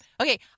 Okay